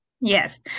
Yes